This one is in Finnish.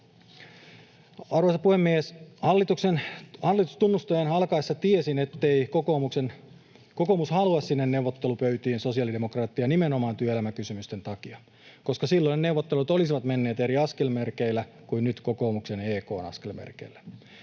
Arvoisa puhemies! Hallitustunnustelujen alkaessa tiesin, ettei kokoomus halua sinne neuvottelupöytiin sosiaalidemokraatteja nimenomaan työelämäkysymysten takia, koska silloin neuvottelut olisivat menneet eri askelmerkeillä kuin nyt kokoomuksen ja EK:n askelmerkeillä.